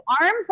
arms